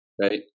right